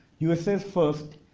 usa is first,